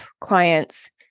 clients